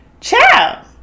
Ciao